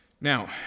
Now